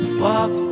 walk